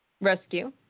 rescue